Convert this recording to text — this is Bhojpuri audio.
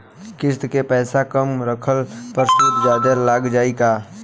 किश्त के पैसा कम रखला पर सूद जादे लाग जायी का?